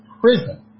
prison